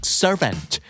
servant